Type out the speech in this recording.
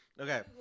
Okay